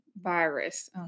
virus